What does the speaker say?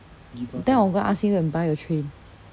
then I'm gonna ask him and buy the train